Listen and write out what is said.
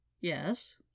Yes